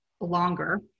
longer